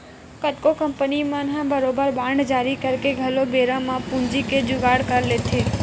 कतको कंपनी मन ह बरोबर बांड जारी करके घलो बेरा म पूंजी के जुगाड़ कर लेथे